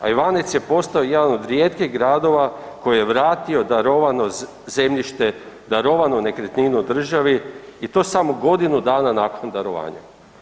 A Ivanec je postao jedan od rijetkih gradova koji je vratio darovano zemljište, darovanu nekretninu državi i to samo godinu dana nakon darovanja.